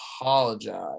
apologize